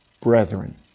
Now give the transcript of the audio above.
brethren